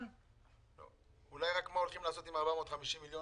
הולכים לעשות עם 450 מיליון